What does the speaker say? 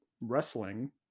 wrestling